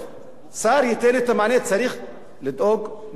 צריך לדאוג מבחינת המדיניות הכוללת.